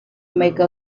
make